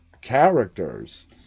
characters